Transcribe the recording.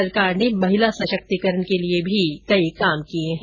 सरकार ने महिला सशक्तिकरण के लिए भी कई काम किये है